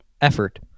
effort